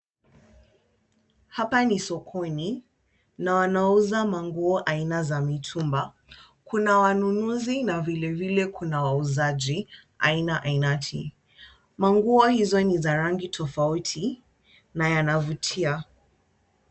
Hapa ni sokoni na wanauza manguo aina za mitumba . Kuna wanunuzi na vilevile kuna wauzaji aina ainati. Manguo hizo ni za rangi tofauti na yanavutia.